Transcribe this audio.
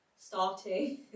starting